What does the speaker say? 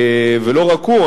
ולא רק הוא,